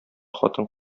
хатын